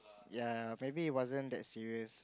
ya maybe it wasn't that serious